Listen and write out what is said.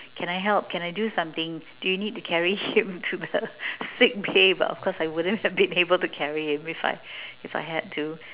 can I help can I do something do you need to carry him to the sick bay but of course I wouldn't have been able to carry him if I if I had to